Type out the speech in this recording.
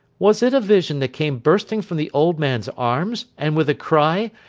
was it a vision that came bursting from the old man's arms, and with a cry,